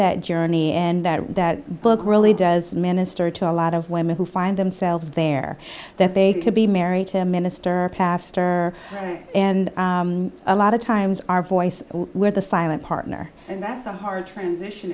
that journey and that that book really does minister to a lot of women who find themselves there that they could be married to minister pastor and a lot of times our voices were the silent partner and that's a hard transition